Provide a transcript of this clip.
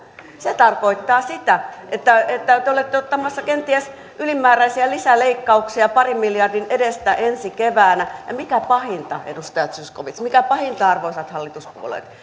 se tarkoittaa sitä että te olette ottamassa kenties ylimääräisiä lisäleikkauksia parin miljardin edestä ensi keväänä ja mikä pahinta edustaja zyskowicz mikä pahinta arvoisat hallituspuolueet